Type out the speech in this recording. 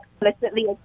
explicitly